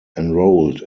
enrolled